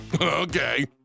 Okay